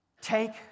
Take